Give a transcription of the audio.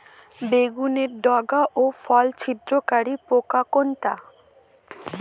বেগুনের ডগা ও ফল ছিদ্রকারী পোকা কোনটা?